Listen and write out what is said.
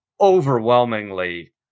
overwhelmingly